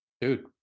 dude